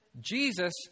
Jesus